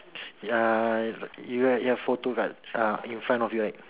ya you got your photos kan ah in front of you right